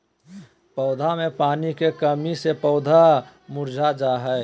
पौधा मे पानी के कमी से पौधा मुरझा जा हय